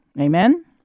Amen